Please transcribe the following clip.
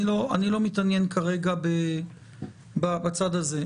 אני לא מתעניין בצד הזה.